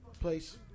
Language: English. place